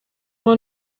mal